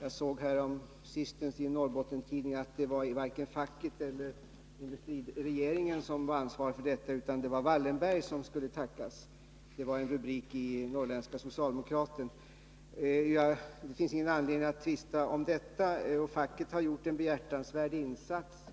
Jag såg häromsistens en rubrik i Norrländska Socialdemokraten om att det varken var facket eller regeringen som var ansvarig för detta utan att det var Wallenberg som skulle tackas. Det finns ingen anledning att tvista om det här, och facket har gjort en behjärtansvärd insats.